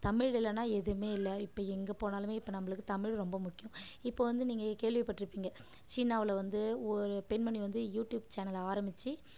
தமிழ் இல்லைனா எதுவுமே இல்லை இப்போ எங்கே போனாலுமே இப்போ நம்மளுக்கு தமிழ் ரொம்ப முக்கியம் இப்போ வந்து நீங்கள் கேள்விபட்டிருப்பிங்க சீனாவில் வந்து ஒரு பெண்மணி வந்து யூடியூப் சேனலை ஆரமிச்சு